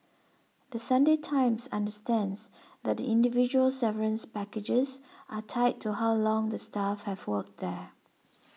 The Sunday Times understands that the individual severance packages are tied to how long the staff have worked there